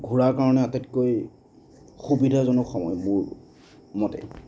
ঘূৰাৰ কাৰণে আটাইতকৈ সুবিধাজনক সময় মোৰ মতে